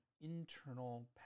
internal